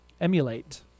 emulate